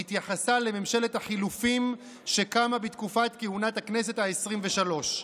והתייחסה לממשלת החילופים שקמה בתקופת כהונת הכנסת העשרים-ושלוש.